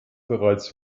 bereits